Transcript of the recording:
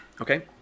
Okay